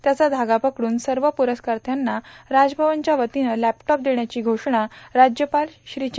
त्याचा धागा पकडून सर्व पुरस्कारार्थ्याना राजभवनच्या वतीनं लॅपटॉप देण्याची घोषणा राज्यपाल श्री चे